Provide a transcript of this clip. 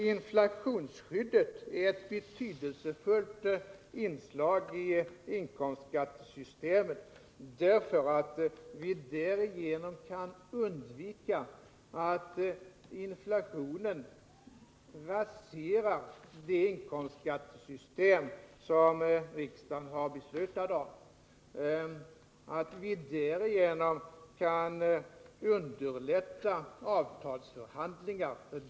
Inflationsskyddet är ett betydelsefullt inslag i inkomstskattesystemet, eftersom vi därigenom kan undvika att inflationen raserar det inkomstskattesystem som riksdagen har beslutat om och därför att vi därigenom kan underlätta avtalsförhandlingar.